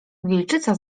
wilczyca